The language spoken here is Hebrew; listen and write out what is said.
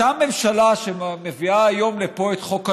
אותה ממשלה שמביאה לפה היום את חוק הלאום,